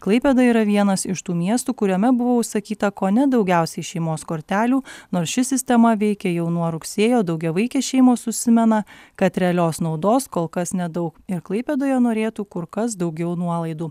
klaipėda yra vienas iš tų miestų kuriame buvo užsakyta kone daugiausiai šeimos kortelių nors ši sistema veikia jau nuo rugsėjo daugiavaikės šeimos užsimena kad realios naudos kol kas nedaug ir klaipėdoje norėtų kur kas daugiau nuolaidų